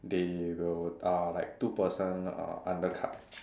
they will uh like two person uh under cut